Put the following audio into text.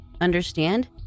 Understand